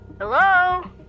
Hello